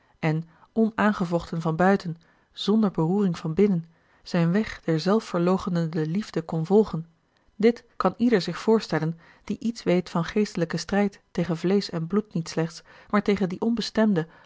en onaangevochten van buiten zonder beroering van binnen zijn weg der zelfverloochenende liefde kon volgen dit kan ieder zich voorstellen die iets weet van geestelijken strijd tegen vleesch en bloed niet slechts maar tegen die onbestemde